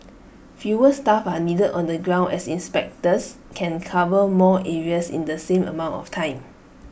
fewer staff are needed on the ground as inspectors can cover more areas in the same amount of time